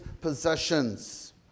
possessions